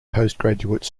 postgraduate